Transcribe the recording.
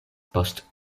post